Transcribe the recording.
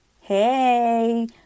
Hey